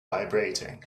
vibrating